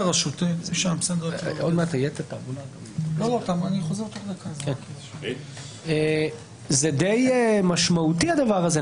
הדבר הזה די משמעותי.